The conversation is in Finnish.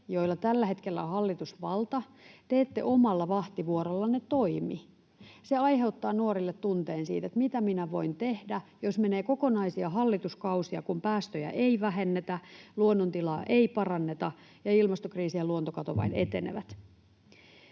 joilla tällä hetkellä on hallitusvalta, te ette omalla vahtivuorollanne toimi. Se aiheuttaa nuorille tunteen siitä, että mitä minä voin tehdä, jos menee kokonaisia hallituskausia, kun päästöjä ei vähennetä, luonnontilaa ei paranneta ja ilmastokriisi ja luontokato vain etenevät.